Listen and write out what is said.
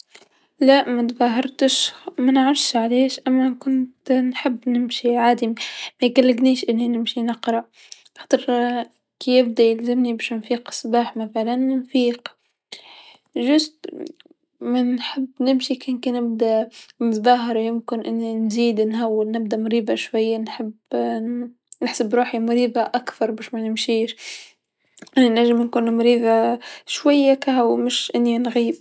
لا متظاهرتش منعرفش علاش، أما كنت نحب نمشي عادي ميقلقنيش أني نمشي نقرا خاطر كيبدا يذلني باش نفيق الصباح مثلا نفيق، برك منحب نمشي ككنبدا نتظاهر ممكن أني نزيد نهول أني مريبه شوي، نحب نحسب روحي مربيه أكثر باش مانمشيش، أنا نجم نكون مريضه شويا كاهو مش أني نغيب.